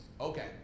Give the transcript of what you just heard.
Okay